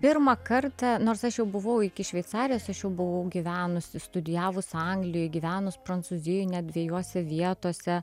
pirmą kartą nors aš jau buvau iki šveicarijos aš jau buvau gyvenusi studijavus anglijoj gyvenus prancūzijoj net dvejose vietose